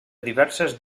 diverses